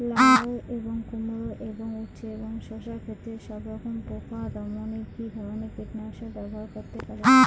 লাউ এবং কুমড়ো এবং উচ্ছে ও শসা ক্ষেতে সবরকম পোকা দমনে কী ধরনের কীটনাশক ব্যবহার করতে পারি?